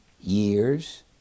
years